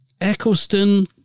eccleston